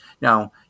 Now